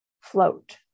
float